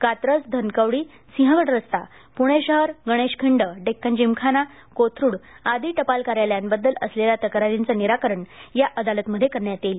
कात्रज धनकवडी सिंहगड रस्ता पुणे शहर गणेशखिंड डेक्कन जिमखाना कोथरुड आदी टपाल कार्यालयांबद्दल असलेल्या तक्रारींचे निराकरण या अदालत मध्ये करण्यात येईल